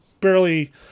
barely